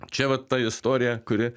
čia va ta istorija kuri